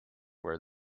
were